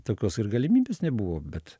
tokios galimybės nebuvo bet